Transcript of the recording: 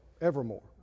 evermore